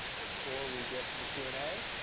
before we get to the q and a, i